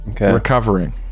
recovering